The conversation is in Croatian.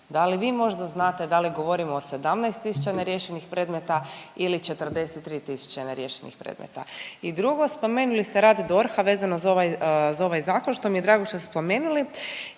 da li vi možda znate da li govorimo o 17000 neriješenih predmeta ili 43 000 neriješenih predmeta? I drugo, spomenuli ste rad DORH-a vezano za ovaj zakon što mi je drago što ste spomenuli